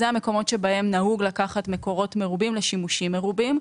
אלה המקומות שבהם נהוג לקחת מקורות מרובים לשימושים מרובים.